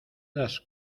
das